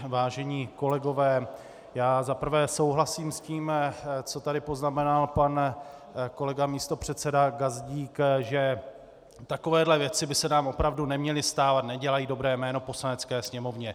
Vážení kolegové, já za prvé souhlasím s tím, co tady poznamenal pan kolega místopředseda Gazdík, že takovéhle věci by se nám opravdu neměly stávat, nedělají dobré jméno Poslanecké sněmovně.